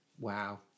Wow